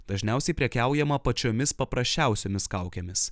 dažniausiai prekiaujama pačiomis paprasčiausiomis kaukėmis